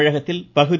தமிழகத்தில் பகுதி